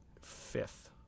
fifth